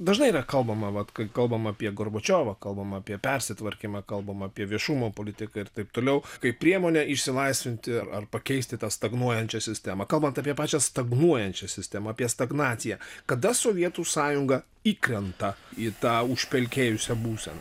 dažnai yra kalbama vat kai kalbam apie gorbačiovą kalbam apie persitvarkymą kalbam apie viešumo politiką ir taip toliau kaip priemonę išsilaisvinti ar pakeisti tą stagnuojančią sistemą kalbant apie pačią stagnuojančią sistemą apie stagnaciją kada sovietų sąjunga įkrenta į tą užpelkėjusią būseną